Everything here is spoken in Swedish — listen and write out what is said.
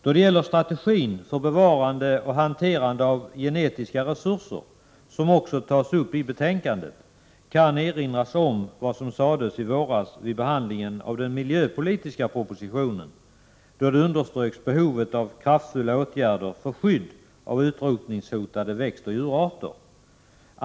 Då det gäller strategin för bevarande och hanterande av genetiska resurser, som också tas upp i betänkandet, kan erinras om vad som sades i våras vid behandlingen av den miljöpolitiska propositionen, då behovet av kraftfulla åtgärder för skydd av utrotningshotade växtoch djurarter underströks.